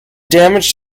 damage